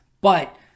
But-